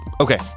Okay